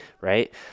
right